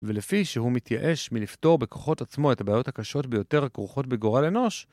ולפי שהוא מתייאש מלפתור בכוחות עצמו את הבעיות הקשות ביותר כרוכות בגורל אנוש